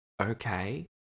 okay